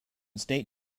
state